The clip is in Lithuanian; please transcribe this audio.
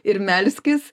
ir melskis